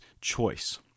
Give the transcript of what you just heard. choice